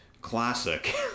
classic